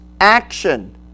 action